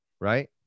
right